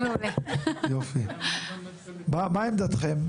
מה עמדתכם?